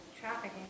trafficking